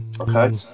okay